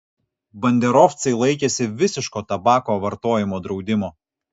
banderovcai laikėsi visiško tabako vartojimo draudimo